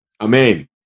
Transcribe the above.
Amen